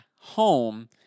home